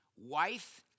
Wife